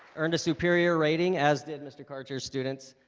earned a superior rating as did mr. carter students